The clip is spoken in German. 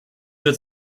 wird